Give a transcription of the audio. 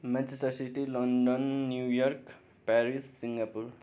Manchester City London new york Paris Singapore